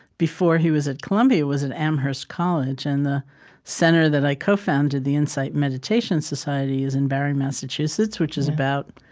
before he was at columbia, was at amherst college. and the center that i co-founded, the insight meditation society, is in barre, massachusetts, which is about,